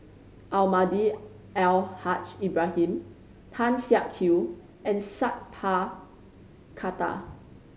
Almahdi Al Haj Ibrahim Tan Siak Kew and Sat Pal Khattar